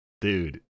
Dude